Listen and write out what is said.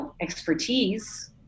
expertise